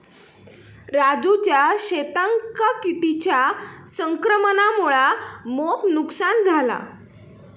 राजूच्या शेतांका किटांच्या संक्रमणामुळा मोप नुकसान झाला